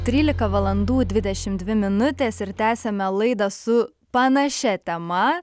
trylika valandų dvidešimt dvi minutės ir tęsiame laidą su panašia tema